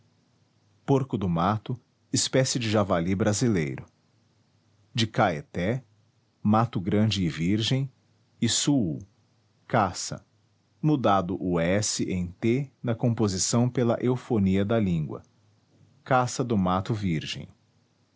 caititus porco do mato espécie de javali brasileiro de caeté mato grande e virgem e suu caça mudado o s em t na composição pela eufonia da língua caça do mato virgem